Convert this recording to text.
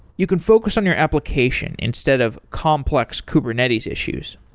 you can focus on your application instead of complex kubernetes issues.